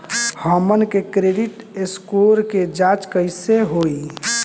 हमन के credit score के जांच कैसे होइ?